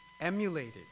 emulated